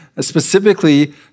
specifically